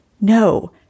No